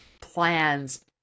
plans